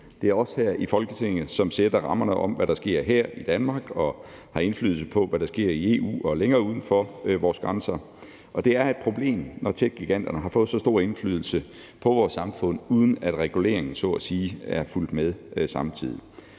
Det er os her i Folketinget, som sætter rammerne for, hvad der sker her i Danmark, og har indflydelse på, hvad der sker i EU og længere uden for vores grænser. Det er et problem, når techgiganterne har fået så stor indflydelse på vores samfund, uden at reguleringen så at sige er fulgt med samtidig.